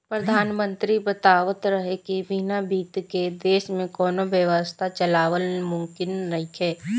प्रधानमंत्री बतावत रहले की बिना बित्त के देश में कौनो व्यवस्था चलावल मुमकिन नइखे